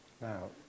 Now